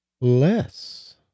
less